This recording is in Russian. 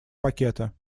пакета